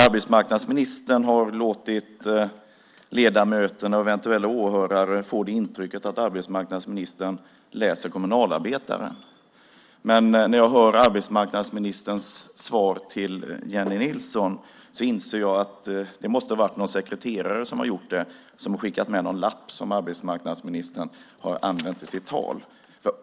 Arbetsmarknadsministern har låtit ledamöterna och eventuella åhörare få intrycket att han läser Kommunalarbetaren. Men när jag hör arbetsmarknadsministerns svar till Jennie Nilsson inser jag att det måste ha varit någon sekreterare som har gjort det och som har skickat med honom någon lapp som han har använt i sitt anförande.